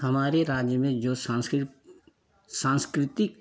हमारे राज्य में जो सांस्कृत सांस्कृतिक